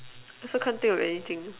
also can't think of anything